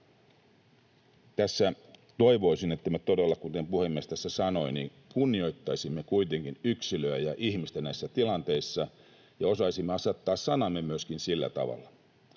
sanoi, kunnioittaisimme kuitenkin yksilöä ja ihmistä näissä tilanteissa ja osaisimme myöskin asettaa sanamme sillä tavalla.